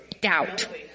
Doubt